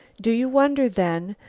do you wonder, then,